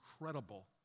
incredible